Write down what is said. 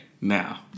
now